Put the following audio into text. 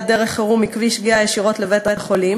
דרך חירום מכביש גהה ישירות לבית-החולים,